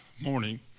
morning